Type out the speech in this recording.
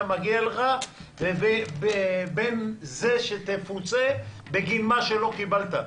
מגיע לך לבין זה שתפוצה בגין מה שלא קיבלת?